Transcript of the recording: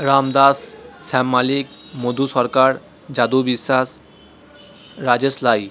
Ram Das Shyam Malik Madhu Sarkar Jadu Biswas Rajesh লাই